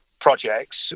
projects